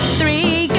three